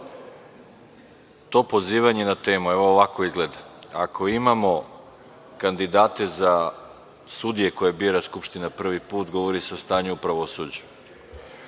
to pozivanje na temu evo ovako izgleda. Ako imamo kandidate za sudije koje bira Skupština prvi put, govori se o stanju u pravosuđu,